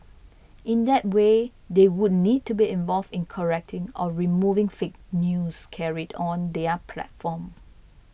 in that way they would need to be involved in correcting or removing fake news carried on their platform